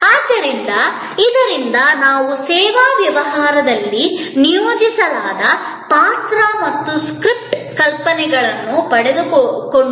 ಆದ್ದರಿಂದ ಇದರಿಂದ ನಾವು ಸೇವಾ ವ್ಯವಹಾರಗಳಲ್ಲಿ ನಿಯೋಜಿಸಲಾದ ಪಾತ್ರ ಮತ್ತು ಸ್ಕ್ರಿಪ್ಟ್ ಪರಿಕಲ್ಪನೆಗಳನ್ನು ಪಡೆದುಕೊಂಡಿದ್ದೇವೆ